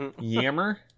Yammer